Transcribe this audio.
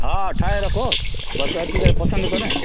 हा ठाहे रखो बसि अची करे पसंदि कनि